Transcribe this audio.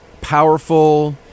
Powerful